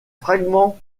fragments